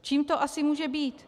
Čím to asi může být?